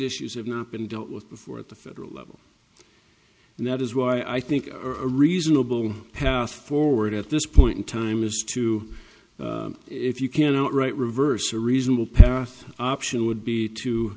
issues have not been dealt with before at the federal level and that is why i think a reasonable path forward at this point in time is to if you cannot right reverse a reasonable parent option would be